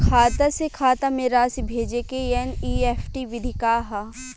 खाता से खाता में राशि भेजे के एन.ई.एफ.टी विधि का ह?